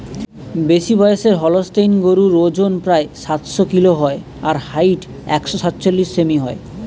বেশিবয়সের Holstein গরুর অজন প্রায় সাতশ কিলো হয় আর হাইট একশ সাতচল্লিশ সেমি হয়